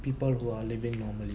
people who are living